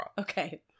Okay